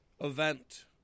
event